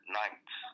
nights